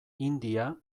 hindia